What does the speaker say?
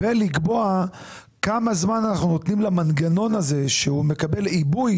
ולקבוע כמה זמן אנחנו נותנים למנגנון הזה שהוא מקבל עיבוי